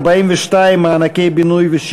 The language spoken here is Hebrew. סעיף 41 אושר ל-2013.